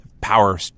power